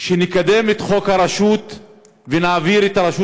שנקדם את חוק הרשות ונעביר את הרשות